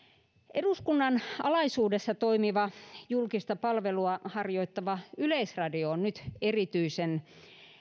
eduskunnan alaisuudessa toimiva julkista palvelua harjoittava yleisradio on nyt erityisen